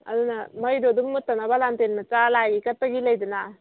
ꯑꯗꯨꯅ ꯃꯩꯗꯨ ꯑꯗꯨꯝ ꯃꯨꯠꯇꯅꯕ ꯂꯥꯟꯇꯦꯟ ꯃꯆꯥ ꯂꯥꯏꯒꯤ ꯀꯠꯄꯒꯤ ꯃꯤ ꯂꯩꯗꯅ